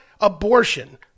abortion